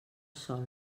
sol